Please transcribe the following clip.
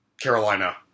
Carolina